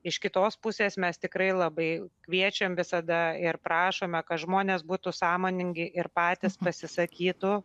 iš kitos pusės mes tikrai labai kviečiam visada ir prašome kad žmonės būtų sąmoningi ir patys pasisakytų